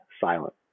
silent